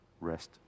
rest